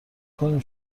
کنیم